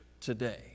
today